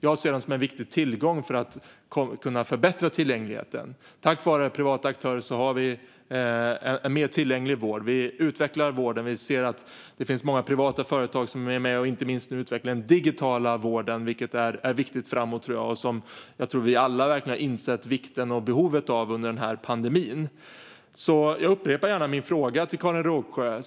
Jag ser dem som en viktig tillgång för att kunna förbättra tillgängligheten. Tack vare privata aktörer har vi en mer tillgänglig vård. Vi utvecklar vården. Det finns många privata aktörer som inte minst är med och utvecklar den digitala vården, vilket är viktigt framöver. Jag tror att vi alla verkligen har insett vikten och behovet av den under pandemin. Jag upprepar gärna min fråga till Karin Rågsjö.